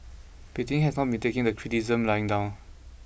Beijing has not been taking the criticisms lying down